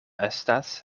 estas